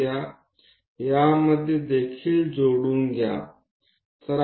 આ 30° લીટીને જોડો આ લીટીને પણ જોડો